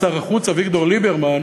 שר החוץ אביגדור ליברמן,